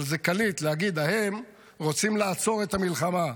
אבל זה קליט להגיד: ההם רוצים לעצור את המלחמה,